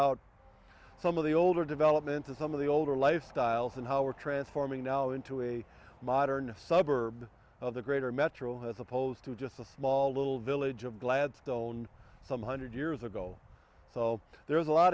out some of the older development of some of the older lifestyles and how we're transforming now into a modern suburb of the greater metro as opposed to just a small little village of gladstone some hundred years ago so there's a lot